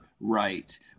right